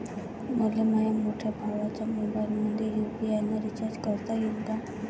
मले माह्या मोठ्या भावाच्या मोबाईलमंदी यू.पी.आय न रिचार्ज करता येईन का?